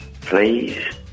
please